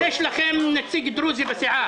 יש לכם נציג דרוזי בסיעה.